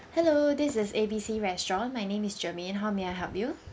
hello this is A B C restaurant my name is germaine how may I help you